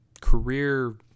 career